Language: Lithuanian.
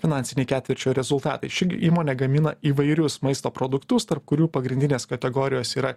finansiniai ketvirčio rezultatai ši įmonė gamina įvairius maisto produktus tarp kurių pagrindinės kategorijos yra